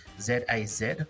Z-A-Z